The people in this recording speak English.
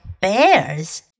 bears